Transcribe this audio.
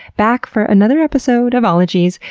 back for another episode of ologies.